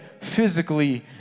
physically